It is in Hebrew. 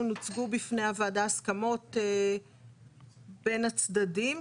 הוצגו בפני הוועדה הסכמות בין הצדדים,